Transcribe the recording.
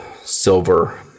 silver